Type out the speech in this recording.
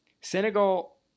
Senegal